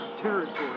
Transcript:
territory